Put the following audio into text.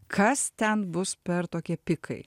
kas ten bus per tokie pikai